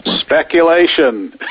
Speculation